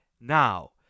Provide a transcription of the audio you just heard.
now